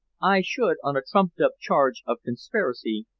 i should, on a trumped-up charge of conspiracy,